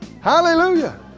Hallelujah